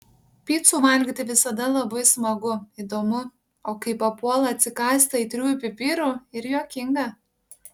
picą valgyti visada labai smagu įdomu o kai papuola atsikąsti aitriųjų pipirų ir juokinga